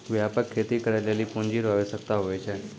व्यापक खेती करै लेली पूँजी रो आवश्यकता हुवै छै